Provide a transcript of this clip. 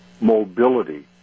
mobility